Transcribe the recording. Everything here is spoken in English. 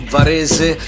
Varese